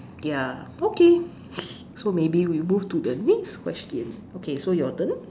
ya okay so maybe we move to the next question okay so your turn